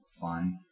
fine